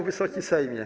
Wysoki Sejmie!